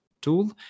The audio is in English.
tool